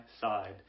side